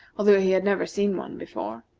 although he had never seen one before.